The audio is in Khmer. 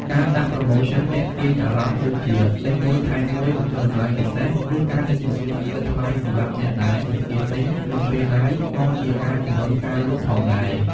ការដាក់ប្រូម៉ូសិនទាក់ទាញអារម្មណ៍ ដូចជាទិញ ១ ថែម ១ បញ្ចុះតម្លៃពិសេស ឬការដឹកជញ្ជូនឥតគិតថ្លៃសម្រាប់អ្នកដែលបញ្ជាទិញក្នុងពេល Live ក៏ជាការជម្រុញការលក់ផងដែរ។